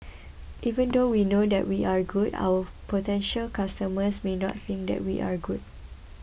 even though we know that we are good our potential customers may not think that we are good